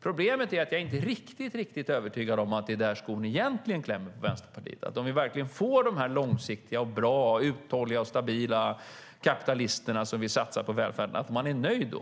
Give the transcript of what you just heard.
Problemet är att jag inte är riktigt övertygad om att det är där skon egentligen klämmer för Vänsterpartiet. Är man nöjd om vi får de långsiktiga, bra, uthålliga och stabila kapitalisterna, som vill satsa på välfärden?